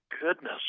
goodness